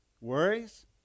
Worries